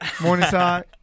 Morningside